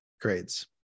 Grades